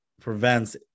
prevents